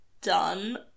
done